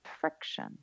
friction